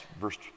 Verse